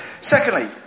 Secondly